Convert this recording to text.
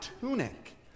tunic